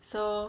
so